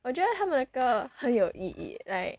我觉得他们的歌很有意义 like